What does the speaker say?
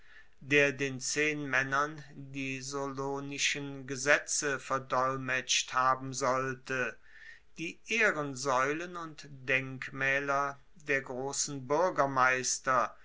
der den zehnmaennern die solonischen gesetze verdolmetscht haben sollte die ehrensaeulen und denkmaeler der grossen